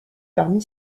parmi